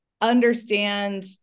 understand